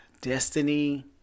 destiny